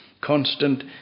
constant